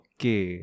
Okay